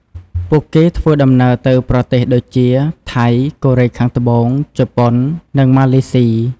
ពួកគេធ្វើដំណើរទៅប្រទេសដូចជា ថៃ កូរ៉េខាងត្បូង ជប៉ុន និងម៉ាឡេស៊ី។